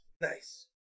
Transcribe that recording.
Nice